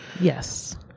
Yes